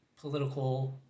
political